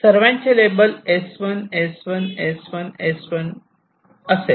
सर्वांचे label S1 S1 S1 S1 S1 आणि S1 असेल